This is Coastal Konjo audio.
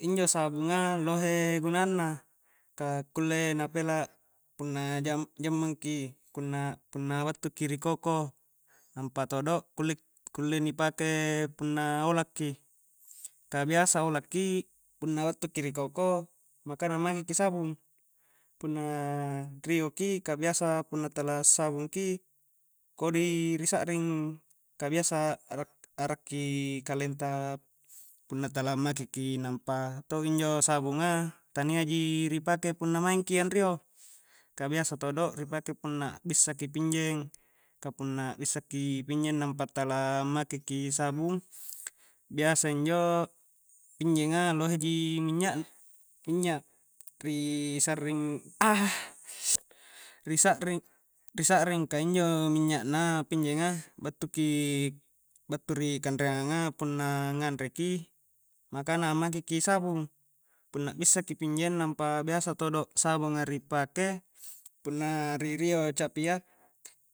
Injo sabungnga lohe gunanna ka kulle na pela punna jam-jammangki punna-punna battu ki ri koko nampa todo kulle-kulle ni pake punna ola'ki ka biasa ola'ki punna battu ki ri koko makana make ki sabung punna nrioki ka biasa punna tala a'sabung ki kodi ri sa'ring ka biasa arak-a'rakki kalleng ta punna tala make ki, nampa to injo sabunga tania ji ri pake punna maingki anrio ka biasa todo ri pake punna a'bissa ki pinjeng ka punna a'bissa ki pinjeng nampa tala make sabung biasa injo pinjenga loheji minya'-minya' ri sarring ri sa'ring-ri sa'ring ka injo minnya' na pinjenga battu ki-battu ri kanreangang a punna nganreki makana a'make ki sabung punna a'bissa ki pinjeng, nampa biasa todo sabunga ri pake punna ri-rio capia